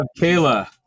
Kayla